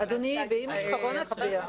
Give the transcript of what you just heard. אדוני, באימא שלך, בוא נצביע.